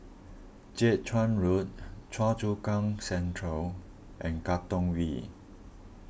Jiak Chuan Road Choa Chu Kang Central and Katong V